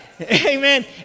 Amen